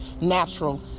natural